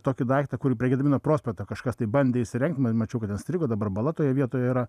tokį daiktą kurį prie gedimino prospekto kažkas tai bandė įsirengti m mačiau kad ten strigo dabar bala toje vietoje yra